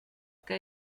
que